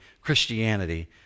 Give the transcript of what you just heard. Christianity